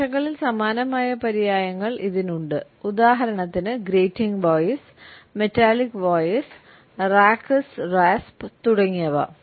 ഭാഷകളിൽ സമാനമായ പര്യായങ്ങൾ ഇതിനുണ്ട് ഉദാഹരണത്തിന് ഗ്രേറ്റിംഗ് വോയ്സ് തുടങ്ങിയവ